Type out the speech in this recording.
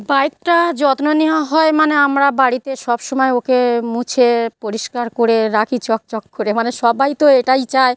বাইকটা যত্ন নেওয়া হয় মানে আমরা বাড়িতে সবসময় ওকে মুছে পরিষ্কার করে রাখি চকচক করে মানে সবাই তো এটাই চায়